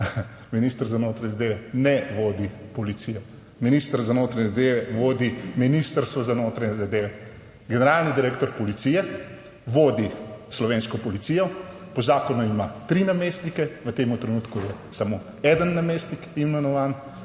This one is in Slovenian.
Minister za notranje zadeve ne vodi policijo, minister za notranje zadeve vodi Ministrstvo za notranje zadeve, generalni direktor policije vodi slovensko policijo. Po zakonu ima tri namestnike, v tem trenutku je samo en namestnik imenovan